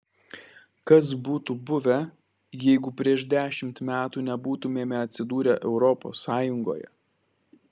kas būtų buvę jeigu prieš dešimt metų nebūtumėme atsidūrę europos sąjungoje